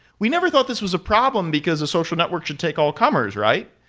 we never thought this was a problem because a social network should take all comers, right?